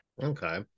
Okay